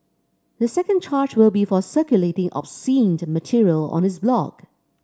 the second charge will be for circulating obscene material on his blog